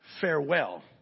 farewell